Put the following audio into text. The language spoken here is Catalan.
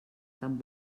tan